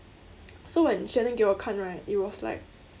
so when shannon 给我看 right it was like